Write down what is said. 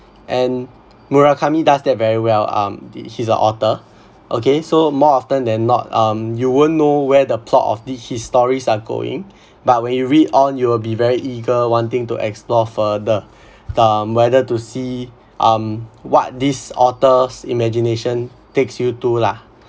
and murakami does that very well um he's the author okay so more often than not um you won't know where the plot of his stories are going but when you read on you'll be very eager wanting to explore further um whether to see um what this author's imagination takes you to lah